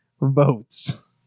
votes